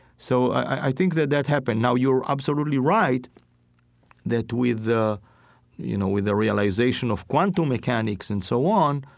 so i think that that happened. now, you're absolutely right that with the you know with the realization of quantum mechanics and so on,